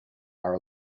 are